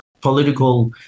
Political